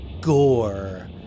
gore